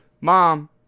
Mom